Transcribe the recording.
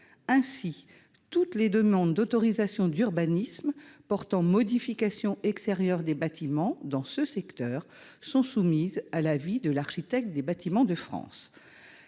ainsi toutes les demandes d'autorisations d'urbanisme portant modification extérieure des bâtiments dans ce secteur sont soumises à l'avis de l'architecte des Bâtiments de France,